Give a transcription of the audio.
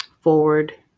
forward